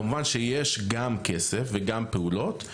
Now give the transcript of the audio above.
כמובן שיש גם כסף וגם פעולות,